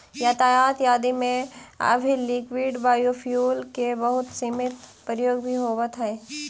यातायात इत्यादि में अभी लिक्विड बायोफ्यूल के बहुत सीमित प्रयोग ही होइत हई